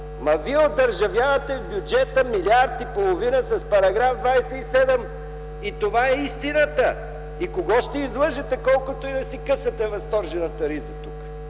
Вие одържавявате в бюджета милиард и половина с § 27 и това е истината. Кого ще излъжете колкото и да си късате възторжената риза тук?